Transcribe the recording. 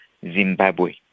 Zimbabwe